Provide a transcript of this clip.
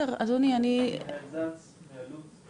אני מיכאל זץ מעלות.